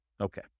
Okay